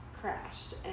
crashed